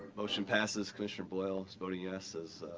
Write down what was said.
motion passes. commissioner boyle has voted yes, as